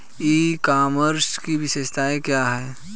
ई commerce की विशेषताएं क्या हैं?